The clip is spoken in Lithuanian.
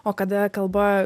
o kada kalba